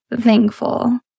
thankful